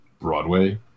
Broadway